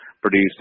produced